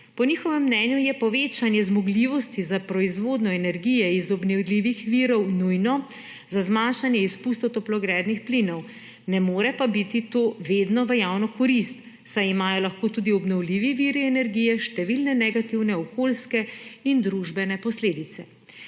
Po njihovem mnenju je povečanje zmogljivosti za proizvodnjo energije iz obnovljivih virov nujno za zmanjšanje izpustov toplogrednih plinov, ne more pa biti to vedno v javno korist, saj imajo lahko tudi obnovljivi viri energije številne negativne okoljske in družbene posledice.